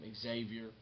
Xavier